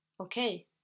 Okay